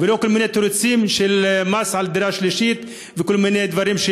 ולא כל מיני תירוצים של מס על דירה שלישית וכל מיני דברים,